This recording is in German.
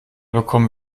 bekommen